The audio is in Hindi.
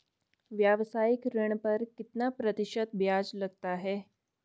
व्यावसायिक ऋण पर कितना प्रतिशत ब्याज लगता है?